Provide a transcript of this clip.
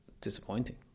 disappointing